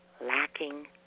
lacking